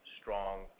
strong